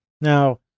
now